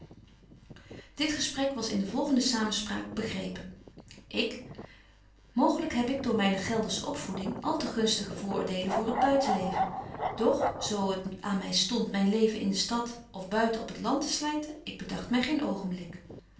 dit gesprek was in de volgende samenspraak begrepen ik mooglyk heb ik door myne geldersche opvoeding al te gunstige vooroordeelen voor het buitenleven doch zo het aan my stont myn leven in de stad of buiten op het land te slyten ik bedagt my geen oogenblik